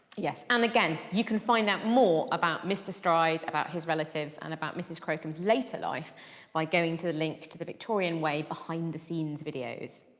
yes, and again, you can find out more about mr stride, about his relatives and about mrs crocombe's later life by going to the link to the victorian way behind the scenes videos.